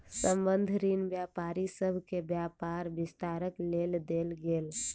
संबंद्ध ऋण व्यापारी सभ के व्यापार विस्तारक लेल देल गेल